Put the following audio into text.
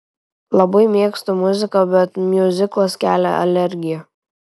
labai mėgstu muziką bet miuziklas kelia alergiją